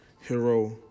hero